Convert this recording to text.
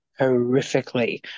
horrifically